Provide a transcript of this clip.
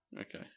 Okay